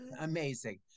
Amazing